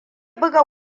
buga